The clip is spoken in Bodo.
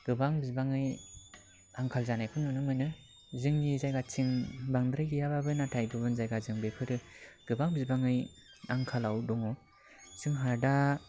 गोबां बिबाङै आंखाल जानायखौ नुनो मोनो जोंनि जायगाथिं बांद्राय गैयाबाबो नाथाय गुबुन जायगाजों बेफोरो गोबां बिबाङै आंखालाव दङ जोंहा दा